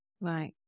Right